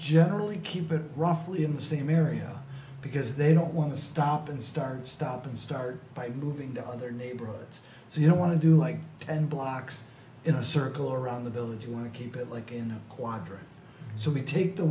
generally keep it roughly in the same area because they don't want to stop and start stop and start by moving to other neighborhoods so you don't want to do like ten blocks in a circle around the village you want to keep it like in the quadrant so we take the